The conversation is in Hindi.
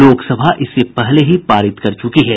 लोकसभा इसे पहले ही पारित कर चूकी है